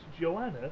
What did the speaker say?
Joanna